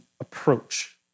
approach